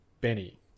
Benny